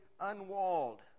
unwalled